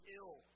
ill